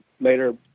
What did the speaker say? later